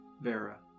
Vera